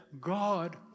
God